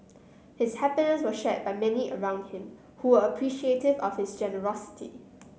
his happiness was shared by many around him who were appreciative of his generosity